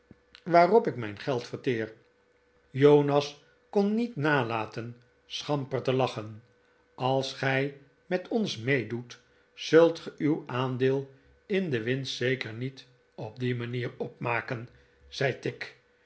waarop ik mijn geld verteer jonas kon niet nalaten schamper te lachen als gij met ons meedoet zult ge uw aandeel in de winst zeker niet op die manier opmaken zei tigg